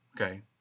Okay